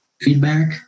feedback